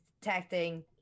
detecting